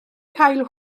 cael